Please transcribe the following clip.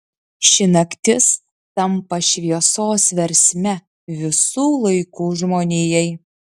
ši naktis tampa šviesos versme visų laikų žmonijai